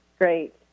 great